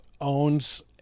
owns